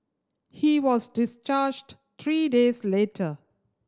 he was discharged three days later